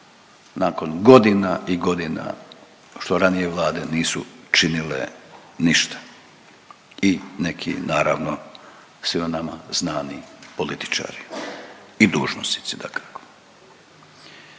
nakon godina i godina što ranije vlade nisu činile ništa i neki, naravno, svima nama znani političari i dužnosnici, dakako,